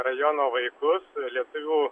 rajono vaikus lietuvių